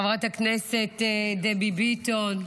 חברת הכנסת דבי ביטון,